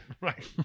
Right